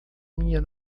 minha